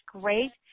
great